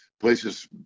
places